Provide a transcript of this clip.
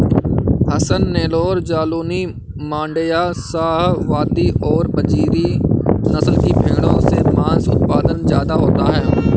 हसन, नैल्लोर, जालौनी, माण्ड्या, शाहवादी और बजीरी नस्ल की भेंड़ों से माँस उत्पादन ज्यादा होता है